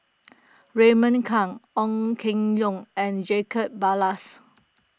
Raymond Kang Ong Keng Yong and Jacob Ballas